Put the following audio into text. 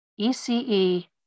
ECE